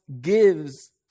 gives